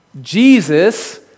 Jesus